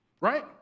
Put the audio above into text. Right